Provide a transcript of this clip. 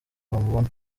bamubona